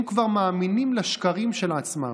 הם כבר מאמינים לשקרים של עצמם.